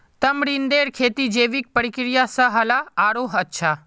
तमरींदेर खेती जैविक प्रक्रिया स ह ल आरोह अच्छा